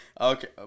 Okay